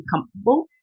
comfortable